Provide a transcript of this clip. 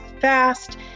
fast